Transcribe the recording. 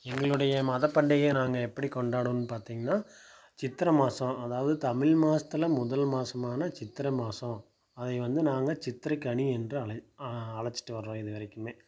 எங்களுடைய மத பண்டிகையை நாங்கள் எப்படி கொண்டாடுவோன்னு பார்த்தீங்னா சித்திரை மாதம் அதாவது தமிழ் மாதத்துல முதல் மாதமான சித்திரை மாதம் அதை வந்து நாங்கள் சித்திரைக்கனி என்று அழை அழைச்சிட்டு வரறோம் இது வரைக்குமே